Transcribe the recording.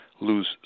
lose